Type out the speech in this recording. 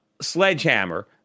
sledgehammer